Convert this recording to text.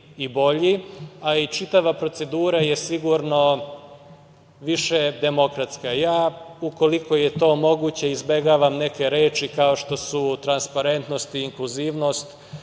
i bolji, a i čitava procedura je sigurno više demokratska. Ja, ukoliko je to moguće, izbegavam neke reči kao što su transparentnost i inkluzivnost,